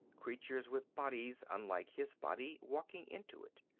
creatures with bodies unlike his body, walking into it.